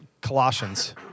Colossians